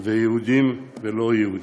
יהודים ולא יהודים.